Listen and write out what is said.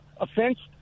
offense